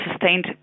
sustained